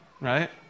Right